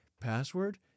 password